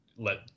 Let